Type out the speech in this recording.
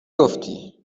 گفتی